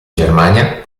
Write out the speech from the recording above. germania